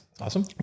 Awesome